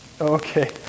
Okay